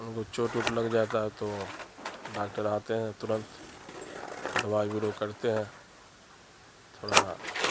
ان کو چوٹ ووٹ لگ جاتا ہے تو ڈاکٹر آتے ہیں ترنت دوائی برو کرتے ہیں تھوڑا